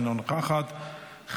אינה נוכחת,